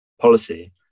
policy